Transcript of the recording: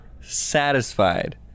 satisfied